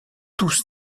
tous